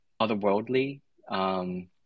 otherworldly